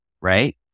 Right